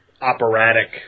operatic